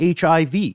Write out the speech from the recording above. HIV